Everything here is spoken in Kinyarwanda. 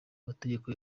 mategeko